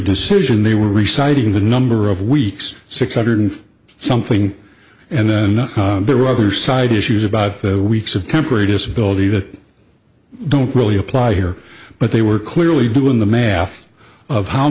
decision they were reciting the number of weeks six hundred something and then there were other side issues about weeks of temporary disability that don't really apply here but they were clearly doing the math of how